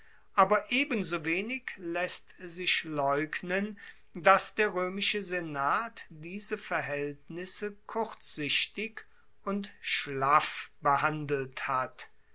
aber ebensowenig laesst sich leugnen dass der roemische senat diese verhaeltnisse kurzsichtig und schlaff behandelt hat